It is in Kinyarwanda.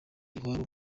iwabo